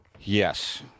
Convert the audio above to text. Yes